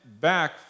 back